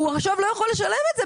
עכשיו לא יכול לשלם את זה,